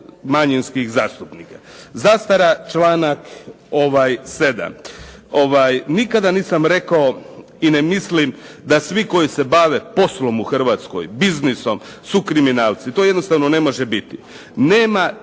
manjinskih zastupnika. Zastara članak 7., nikada nisam rekao i ne mislim da svi koji se bave poslom u Hrvatskoj, biznisom su kriminalci, to jednostavno ne može biti. Nema težega